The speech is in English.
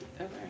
Okay